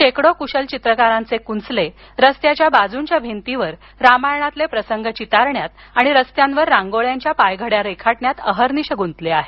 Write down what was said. शेकडो कुशल चित्रकारांचे कुंचले रस्त्याच्या बाजूंच्या भिंतींवर रामायणातील प्रसंग चितारण्यात आणि रस्त्यांवर रांगोळ्यांच्या पायघड्या रेखाटण्यात अहर्निश गुंतले आहेत